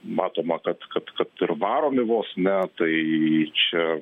matoma kad kad kad ir varomi vos ne tai čia